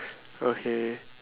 okay